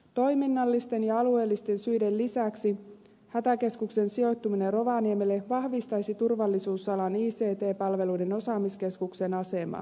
toiminnallisten ja alueellisten syiden lisäksi hätäkeskuksen sijoittuminen rovaniemelle vahvistaisi turvallisuusalan ict palveluiden osaamiskeskuksen asemaa